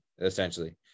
essentially